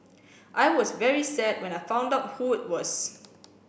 I was very sad when I found out who it was